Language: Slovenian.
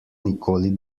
nikoli